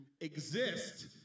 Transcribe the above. exist